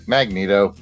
Magneto